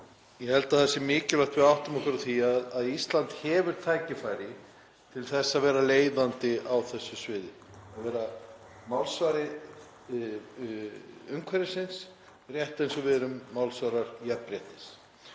Ég held að það sé mikilvægt að við áttum okkur á því að Ísland hefur tækifæri til að vera leiðandi á þessu sviði og vera málsvari umhverfisins rétt eins og við erum málsvarar jafnréttis